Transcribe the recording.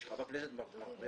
שופט מתחיל